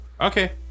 Okay